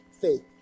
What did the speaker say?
faith